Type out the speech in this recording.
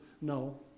no